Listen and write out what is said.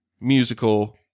musical